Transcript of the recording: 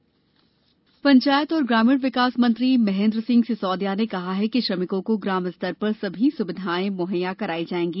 गौ संवर्द्धन पंचायत और ग्रामीण विकास मंत्री महेन्द्र सिंह सिसौदिया ने कहा कि श्रमिकों को ग्राम स्तर पर सभी सुविधाएँ मुहैया कराई जाएगी